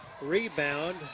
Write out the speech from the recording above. rebound